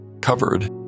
covered